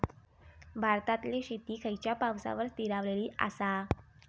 भारतातले शेती खयच्या पावसावर स्थिरावलेली आसा?